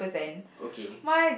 okay